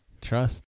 Trust